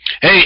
Hey